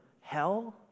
hell